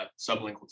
sublingual